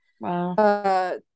Wow